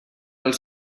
els